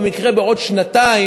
במקרה בעוד שנתיים,